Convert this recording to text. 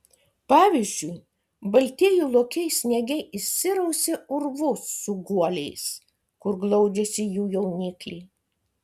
pavyzdžiui baltieji lokiai sniege išsirausia urvus su guoliais kur glaudžiasi jų jaunikliai